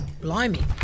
Blimey